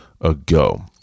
ago